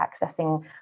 accessing